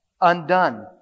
undone